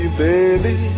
baby